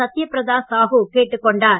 சத்ய பிரதா சாஹூ கேட்டுக் கொண்டார்